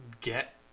get